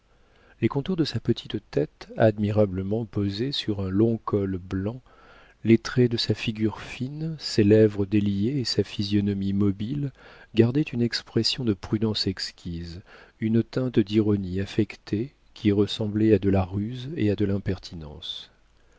les contours de sa petite tête admirablement posée sur un long col blanc les traits de sa figure fine ses lèvres déliées et sa physionomie mobile gardaient une expression de prudence exquise une teinte d'ironie affectée qui ressemblait à de la ruse et à de l'impertinence